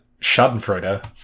Schadenfreude